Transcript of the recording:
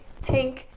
tink